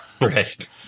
Right